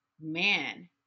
man